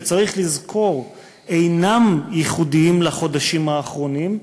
שצריך לזכור שאינם ייחודיים לחודשים האחרונים,